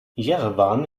jerewan